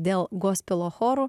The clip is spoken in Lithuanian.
dėl gospelo choro